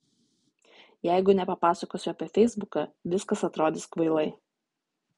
jeigu nepapasakosiu apie feisbuką viskas atrodys kvailai